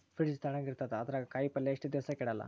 Fridge ತಣಗ ಇರತದ, ಅದರಾಗ ಕಾಯಿಪಲ್ಯ ಎಷ್ಟ ದಿವ್ಸ ಕೆಡಲ್ಲ?